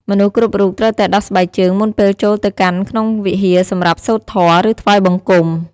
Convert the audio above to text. មនុស្សគ្រប់រូបត្រូវតែដោះស្បែកជើងមុនពេលចូលទៅកាន់ក្នុងវិហារសម្រាប់សូត្រធម៌ ឬថ្វាយបង្គំ។